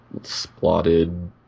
splotted